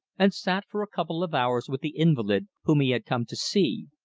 and sat for a couple of hours with the invalid whom he had come to see,